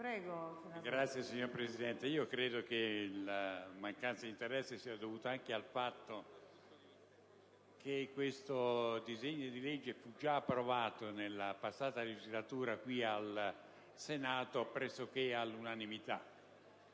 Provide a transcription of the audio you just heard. Signora Presidente, credo che la mancanza d'interesse sia dovuta anche al fatto che questo disegno di legge fu già approvato nella passata legislatura qui in Senato pressoché all'unanimità.